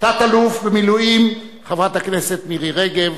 תת-אלוף במילואים חברת הכנסת מירי רגב,